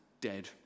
dead